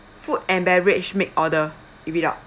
food and beverage make order read it out